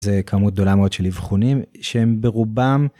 זו כמות גדולה מאוד של אבחונים שהם ברובם.